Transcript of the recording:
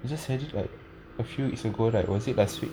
you just said it like a few weeks ago right was it last week